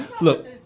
look